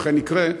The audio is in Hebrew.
אכן יקרה,